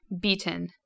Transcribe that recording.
beaten